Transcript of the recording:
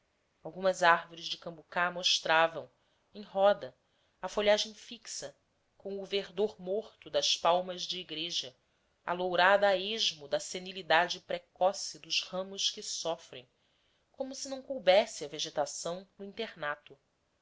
algumas árvores de cambucá mostravam em roda a folhagem fixa com o verdor morto das palmas de igreja alourada a esmo da senilidade precoce dos ramos que sofrem como se não coubesse a vegetação no internato